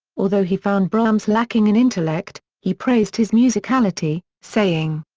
although he found brahms lacking in intellect, he praised his musicality, saying.